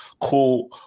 cool